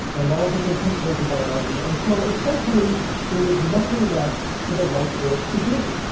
and all different principles of biology, until essentially there was nothing left for the life force to do.